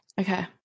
Okay